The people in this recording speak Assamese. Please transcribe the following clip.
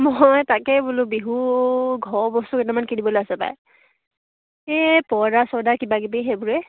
মই তাকে বোলোঁ বিহু ঘৰৰ বস্তু কেইটামান কিনিবলৈ আছে পায় এই পৰ্দা চৰ্দা কিবা কিবি সেইবোৰে